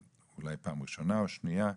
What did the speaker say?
אולי בפעם הראשונה או השנייה,